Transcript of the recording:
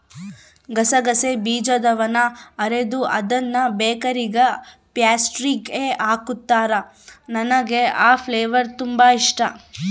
ಗಸಗಸೆ ಬೀಜದವನ್ನ ಅರೆದು ಅದ್ನ ಬೇಕರಿಗ ಪ್ಯಾಸ್ಟ್ರಿಸ್ಗೆ ಹಾಕುತ್ತಾರ, ನನಗೆ ಆ ಫ್ಲೇವರ್ ತುಂಬಾ ಇಷ್ಟಾ